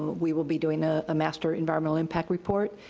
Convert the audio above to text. we will be doing a master environmental impact report.